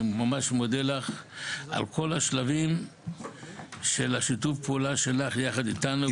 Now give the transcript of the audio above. שאני ממש מודה לך על כל השלבים של שיתוף הפעולה שלך יחד איתנו.